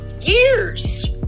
years